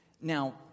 Now